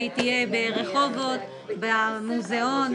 היא תהיה ברחובות, במוזיאון.